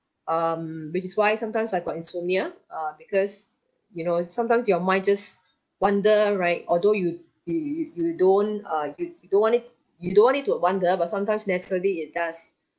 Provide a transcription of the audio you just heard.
um which is why sometimes I got insomnia uh because you know sometimes your mind just wander right although you you you you don't uh you don't want it you don't want it to wander but sometimes naturally it does